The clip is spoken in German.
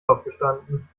aufgestanden